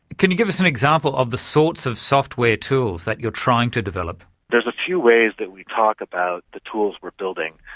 can you give us an example of the sorts of software tools that you're trying to develop? there's a few ways that we talk about the tools we're building.